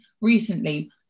recently